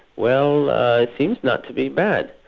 well, it seems not to be bad,